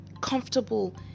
comfortable